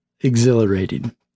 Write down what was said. Exhilarating